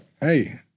hey